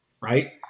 right